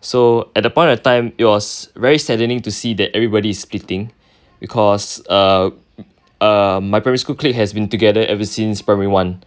so at that point of time it was very saddening to see that everybody is splitting because uh uh my primary school clique has been together ever since primary one